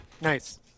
Nice